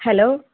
hello